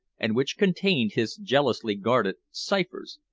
and which contained his jealously-guarded ciphers.